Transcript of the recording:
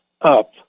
up